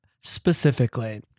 specifically